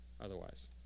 otherwise